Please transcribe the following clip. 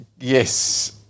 Yes